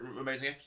amazing